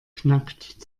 knackt